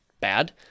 bad